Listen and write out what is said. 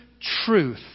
truth